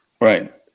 Right